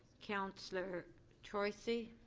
counselor troy si?